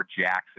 Jackson